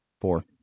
Four